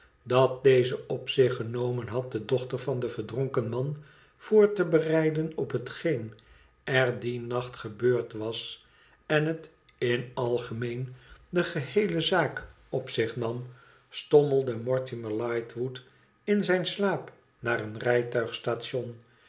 dat deze op zich genomen had de dochter van den verdronken man voor te bereiden op hetgeen er dien nacht gebeurd was en het in algemeen de geheele zaak op zich nam stommelde mortimer lightwood m zijn slaap naar een